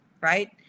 Right